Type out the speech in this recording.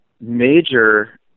major